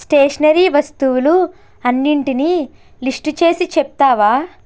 stationery వస్తువులు అన్నింటినీ list చేసి చెప్తావా